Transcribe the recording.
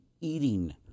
eating